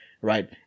Right